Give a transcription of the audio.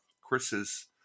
Chris's